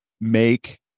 make